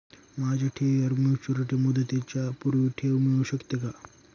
माझ्या ठेवीवर मॅच्युरिटी मुदतीच्या पूर्वी ठेव मिळू शकते का?